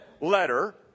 letter